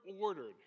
ordered